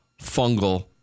fungal